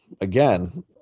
again